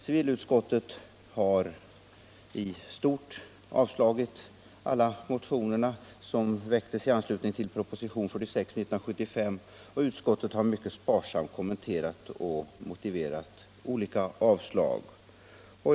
Civilutskottet har i stort sett avstyrkt alla motioner som väckts i anledning av propositionen 1975:46, och utskottet har mycket sparsamt kommenterat och motiverat olika avstyrkanden.